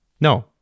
No